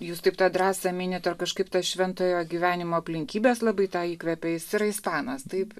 jūs taip tą drąsą minit ar kažkaip tą šventojo gyvenimo aplinkybės labai tą įkvepia jis yra ispanas taip